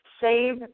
save